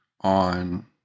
on